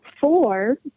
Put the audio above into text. four